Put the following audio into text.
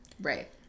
Right